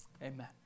amen